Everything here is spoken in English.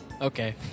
Okay